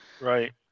Right